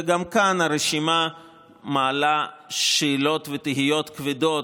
וגם כאן הרשימה מעלה שאלות ותהיות כבדות,